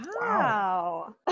Wow